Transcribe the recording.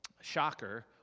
shocker